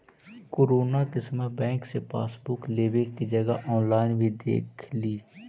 corona के समय bank से पासबुक लेवे के जगह ऑनलाइन ही देख ला